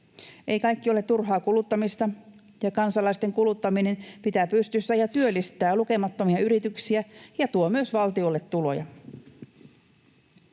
Ei kaikki ole turhaa kuluttamista, ja kansalaisten kuluttaminen pitää pystyssä ja työllistää lukemattomia yrityksiä ja tuo myös valtiolle tuloja.